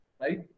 right